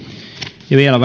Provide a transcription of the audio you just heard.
ja vielä